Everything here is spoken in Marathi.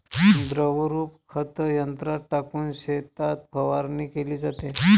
द्रवरूप खत यंत्रात टाकून शेतात फवारणी केली जाते